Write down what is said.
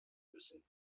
müssen